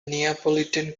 neapolitan